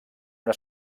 una